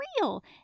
real